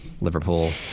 Liverpool